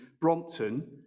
Brompton